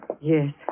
Yes